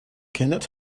cannot